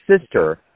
sister